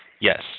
Yes